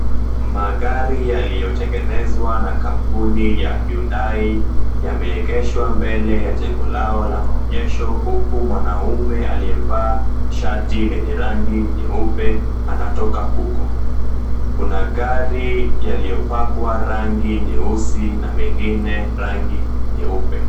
Magari yaliyotengenezwa na kampuni ya Undai yameegeshwa mbele ya jengo lao la maonyesho huku mwanaume aliyevaa shati lenye rangi nyeupe anatoka huko. Kuna gari yaliyopakwa rangi nyeusi na mengine rangi nyeupe.